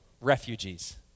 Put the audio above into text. Refugees